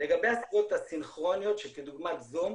לגבי הסביבות הסינכרוניות שכדוגמת זום,